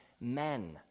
men